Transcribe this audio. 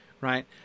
Right